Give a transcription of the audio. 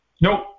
Nope